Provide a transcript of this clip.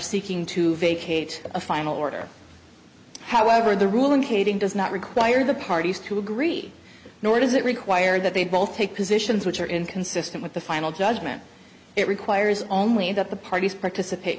seeking to vacate a final order however the ruling caving does not require the parties to agree nor does it require that they both take positions which are inconsistent with the final judgment it requires only that the parties participate